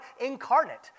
incarnate